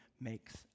makes